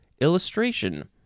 illustration